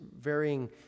varying